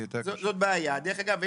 דרך אגב,